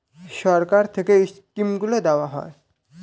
সরকার থেকে এই স্কিমগুলো দেওয়া হয়